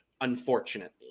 unfortunately